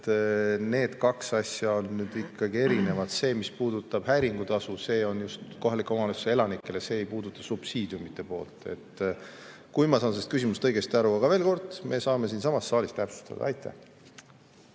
need kaks asja on nüüd ikkagi erinevad. See, mis puudutab häiringutasu, on just kohalike omavalitsuste elanikele, see ei puuduta subsiidiumide poolt. Kui ma saan sellest küsimusest õigesti aru. Aga veel kord: me saame siinsamas saalis seda täpsustada. Kui